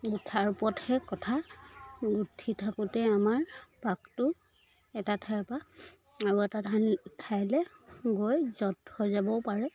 গোঁঠাৰ ওপৰতহে কথা গুঁঠি থাকোঁতে আমাৰ পাকটো এটা ঠাইৰ পৰা আৰু এটা ঠাই ঠাইলৈ গৈ জঁট হৈ যাবও পাৰে